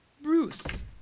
Bruce